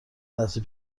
لحظه